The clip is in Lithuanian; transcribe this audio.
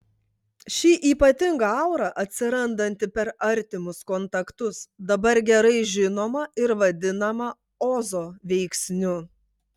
ši ypatinga aura atsirandanti per artimus kontaktus dabar gerai žinoma ir vadinama ozo veiksniu